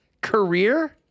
career